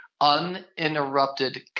uninterrupted